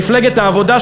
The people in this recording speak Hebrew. מפלגת העבודה,